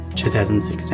2016